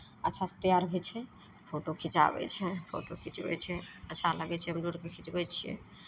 अच्छासँ तैआर होइ छै फोटो खिँचाबै छै फोटो खिचबै छै अच्छा लगै छै हम रोडपर खिचबै छियै